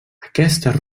aquestes